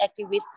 activists